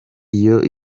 yabo